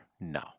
No